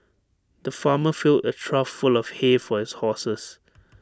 the farmer filled A trough full of hay for his horses